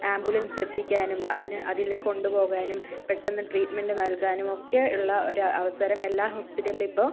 ambulance എത്തിക്കാനും അതിന് അതിൽ കൊണ്ടുപോകാനും പെട്ടെന്ന് ട്രീറ്റ്മെൻ്റ് നൽകാനും ഒക്കെ ഉള്ള ഒരവസരം എല്ലാ ഹോസ്പിറ്റലിലും ഇപ്പോൾ